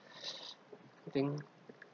I think